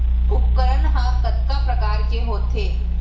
उपकरण हा कतका प्रकार के होथे?